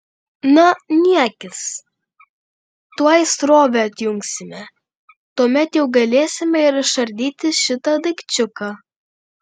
na niekis tuoj srovę atjungsime tuomet jau galėsime ir išardyti šitą daikčiuką